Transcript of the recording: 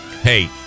Hey